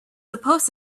supposed